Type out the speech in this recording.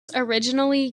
originally